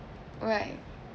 right